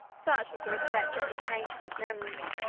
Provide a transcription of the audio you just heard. such was the respect entertained for his memory,